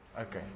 okay